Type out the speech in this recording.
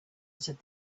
said